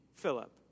Philip